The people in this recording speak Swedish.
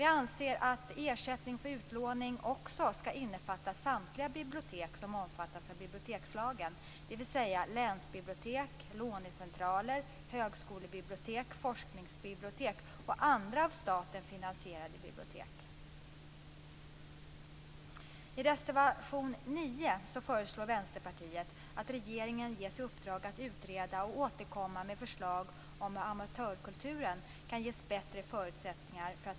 Vi anser att ersättning för utlåning också skall innefatta samtliga bibliotek som omfattas av bilbliotekslagen, dvs. länsbibliotek, lånecentraler, högskolebibliotek, forskningsbibliotek och andra av staten finansierade bibliotek. I reservation 9 föreslår Vänsterpartiet att regeringen ges i uppdrag att utreda och återkomma med förslag om hur amatörkulturen kan ges bättre förutsättningar.